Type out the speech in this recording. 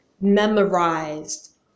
memorized